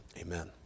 amen